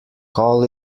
call